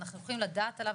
אנחנו הולכים לדעת עליו,